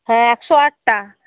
হ্যাঁ একশো আটটা